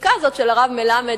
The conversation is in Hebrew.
הפסיקה הזאת של הרב מלמד,